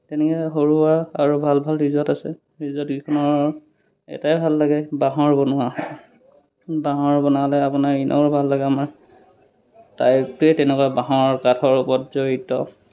তেনেকৈ সৰু সুৰা আৰু ভাল ভাল ৰিজৰ্ট আছে ৰিজৰ্ট কেইখনৰ এটাই ভাল লাগে বাঁহৰ বনোৱা বাঁহৰ বনালে আপোনাৰ ইনেও ভাল লাগে আমাৰ টাইপটোৱে তেনেকুৱা বাঁহৰ কাঠৰ ওপৰত জড়িত